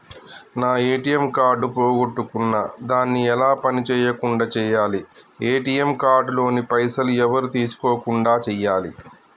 నా ATM card పోగొట్టుకున్నా దాన్ని ఎలా పని చేయకుండా చేయాలి ఏ.టి.ఎమ్ కార్డు లోని పైసలు ఎవరు తీసుకోకుండా చేయాలి?